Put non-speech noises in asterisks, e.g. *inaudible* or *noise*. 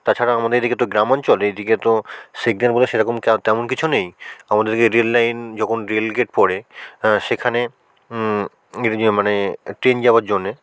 তাছাড়া আমাদের এদিকে তো গ্রামাঞ্চল এই দিকে তো সিগনাল বলে সেরকম তেমন কিছু নেই আমাদের এদিকে রেললাইন যখন রেল গেট পড়ে সেখানে *unintelligible* মানে ট্রেন যাওয়ার জন্যে